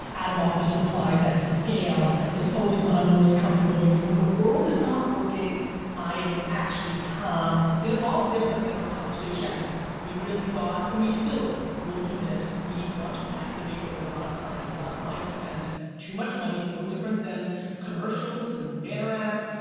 out of office replies, that scale is always when i'm most comfortable because when the world is not working i am actually calm. it evolved different than our conversations we really thought, and we still will do this, we want to activate for a lot of clients. a lot of clients spend too much money, no different than commercials and banner ads.